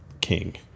king